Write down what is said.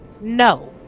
No